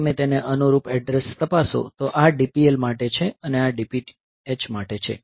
જો તમે તેને અનુરૂપ એડ્રેસ તપાસો તો આ DPL માટે છે અને આ DPH માટે છે